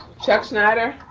chuck schneider.